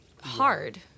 hard